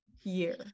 year